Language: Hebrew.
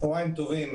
צוהרים טובים.